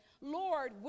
Lord